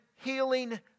healing